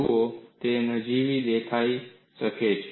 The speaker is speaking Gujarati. જુઓ તે નજીવી દેખાઈ શકે છે